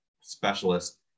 specialist